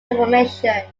information